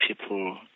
people